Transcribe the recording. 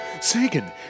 Sagan